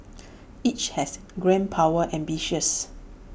each has grand power ambitions